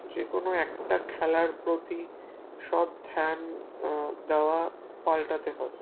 যে কোনো একটা খেলার প্রতি সব ধ্যান দেওয়া পালটাতে হবে